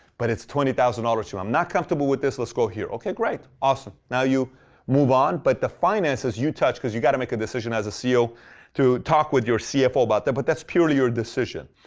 but it's twenty thousand dollars. i'm not comfortable with this, let's go here. okay, great. awesome. now you move on, but the finances you touch because you've got to make a decision as a ceo to talk with your cfo about that. but that's purely your decision.